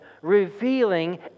revealing